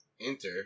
enter